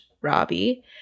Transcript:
Robbie